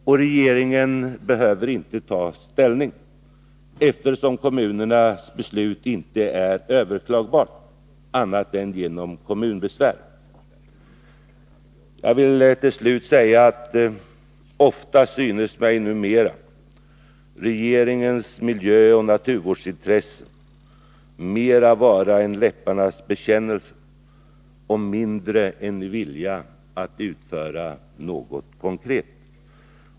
Men regeringen behöver inte ta ställning, eftersom kommunernas beslut inte går att överklaga annat än genom kommunalbesvär. Jag vill till slut säga att det synes mig som om regeringens miljöoch naturvårdsintressen numera i större utsträckning är en läpparnas bekännelse och mindre en vilja att utföra något konkret.